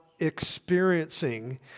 experiencing